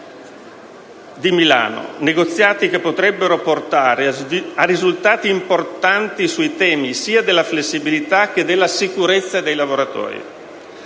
di Milano, che potrebbero portare a risultati importanti sui temi sia della flessibilita che della sicurezza dei lavoratori;